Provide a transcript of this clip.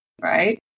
Right